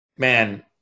Man